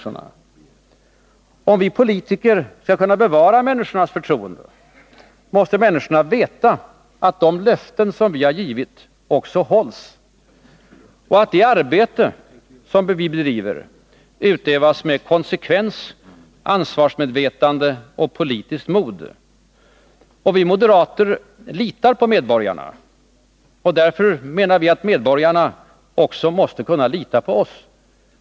Om vi politiker skall kunna bevara människornas förtroende, måste människorna veta att de löften som vi har givit också hålls och att det arbete som vi bedriver utövas med konsekvens, ansvarsmedvetande och politiskt mod. Vi moderater litar på medborgarna. Därför menar vi att medborgarna också måste kunna lita på oss.